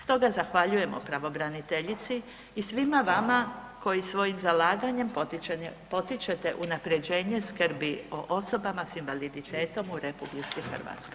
Stoga zahvaljujemo pravobraniteljici i svima vama koji svojim zalaganjem potičete unapređenje skrbi o osobama s invaliditetom u RH.